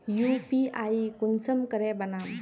UPI कुंसम करे बनाम?